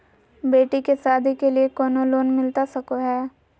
बेटी के सादी के लिए कोनो लोन मिलता सको है?